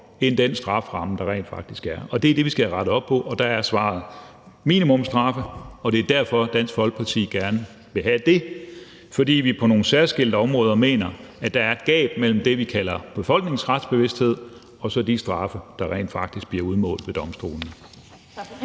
end den strafferamme, der rent faktisk er, og det er det, vi skal have rettet op på, og der er svaret minimumsstraffe, og det er derfor, Dansk Folkeparti gerne vil have det, fordi vi mener, at der på nogle særskilte områder er et gab mellem det, vi kalder befolkningens retsbevidsthed, og så de straffe, der rent faktisk bliver udmålt ved domstolene.